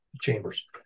chambers